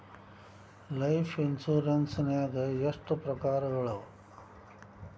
Life insurance ನ್ಯಾಗ ಎಷ್ಟ್ ಪ್ರಕಾರ್ಗಳವ?